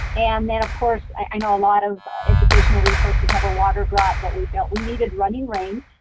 and then of course i know a lot of educational resources have a water drop but we felt we needed running rain,